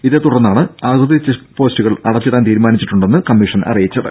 ഇതേത്തുടർന്നാണ് അതിർത്തി ചെക്ക് പോസ്റ്റുകൾ അടച്ചിടാൻ തീരുമാനിച്ചിട്ടുണ്ടെന്ന് കമ്മിഷൻ അറിയിച്ചത്